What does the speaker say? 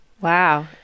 wow